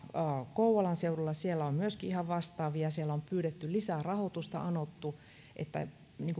kouvolan seudulla on myöskin ihan vastaavia siellä on pyydetty lisää rahoitusta anottu että